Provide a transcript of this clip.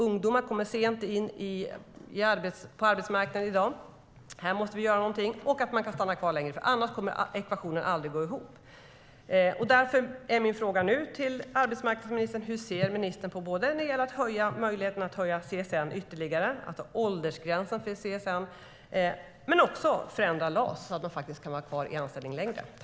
Ungdomar kommer sent in på arbetsmarknaden i dag. Här måste vi göra någonting. Vi måste också se till att man kan stanna kvar längre. Annars kommer ekvationen aldrig att gå ihop. Därför är min fråga nu till arbetsmarknadsministern: Hur ser ministern på möjligheterna att höja stödet till CSN ytterligare, att ha åldersgräns till CSN och att förändra LAS, så att man kan vara kvar i anställning längre?